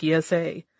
PSA